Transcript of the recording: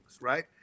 right